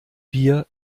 wir